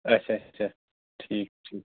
اچھا اچھا اچھا ٹھیٖک ٹھیٖک